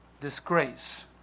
disgrace